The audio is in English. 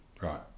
Right